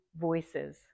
voices